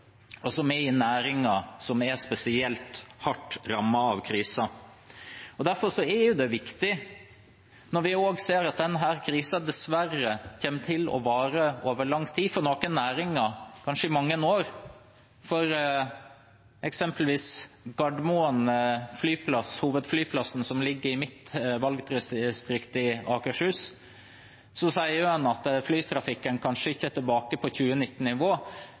og som er i næringer som er spesielt hardt rammet av krisen. Vi ser også at denne krisen dessverre kommer til å vare over lang tid – for noen næringer kanskje i mange år. Når det gjelder flyplassen Gardermoen, som ligger i mitt valgdistrikt, Akershus, sier en at flytrafikken kanskje ikke er tilbake på